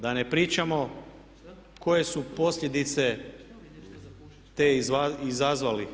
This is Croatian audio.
Da ne pričamo koje je posljedice to izazvalo.